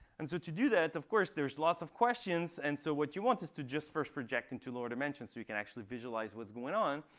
and so to do that, of course, there's lots of questions. and so what you want is to just first project into lower dimensions, so you can actually visualize what's going on.